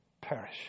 perish